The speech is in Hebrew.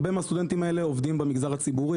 הרבה מהסטודנטים האלה עובדים במגזר הציבורי,